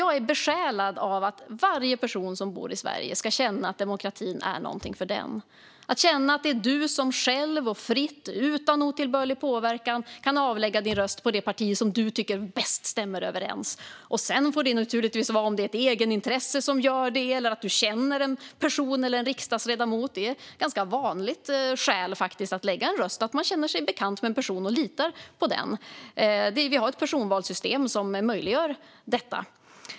Jag är besjälad av att varje person som bor i Sverige ska känna att demokratin är någonting för den. Det handlar om att känna att det är du som själv fritt och utan otillbörlig påverkan kan avlägga din röst på det parti som du tycker bäst stämmer överens med din uppfattning. Sedan får det naturligtvis vara ett egenintresse som avgör det eller att du känner en person eller en riksdagsledamot. Det är ett ganska vanligt skäl för att lägga sin röst. Man känner sig bekant med en person och litar på den. Vi har ett personvalssystem som möjliggör detta.